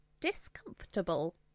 discomfortable